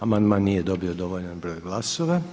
Amandman nije dobio dovoljan broj glasova.